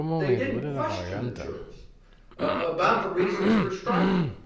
they didn't question the jurors about the reasons for striking